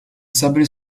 sablé